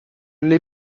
l’ai